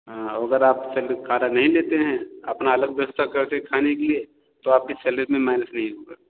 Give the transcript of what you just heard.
हाँ और अगर आप सेलेरी पर खाना नहीं लेते हैं अपना अलग व्यवस्था करते हैं खाने के लिए तो आपकी सेलेरी में माइनस नहीं होगा